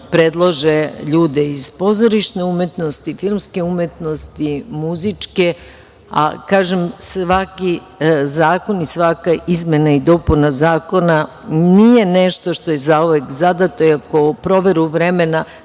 predlože ljude iz pozorišne umetnosti, filmske umetnosti, muzičke. Kažem, svaki zakon i svaka izmena i dopunama zakona nije nešto što je zauvek zadato, iako proveru vremena,